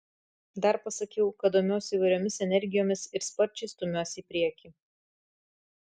dar pasakiau kad domiuosi įvairiomis energijomis ir sparčiai stumiuosi į priekį